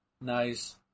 Nice